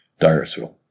Dyersville